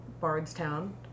Bardstown